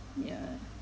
yeah